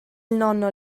nonno